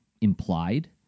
implied